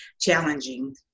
Challenging